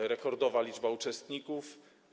To rekordowa liczba uczestników.